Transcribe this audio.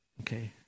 Okay